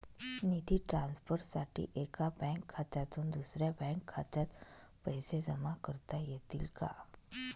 निधी ट्रान्सफरसाठी एका बँक खात्यातून दुसऱ्या बँक खात्यात पैसे जमा करता येतील का?